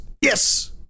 yes